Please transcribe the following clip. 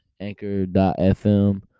Anchor.fm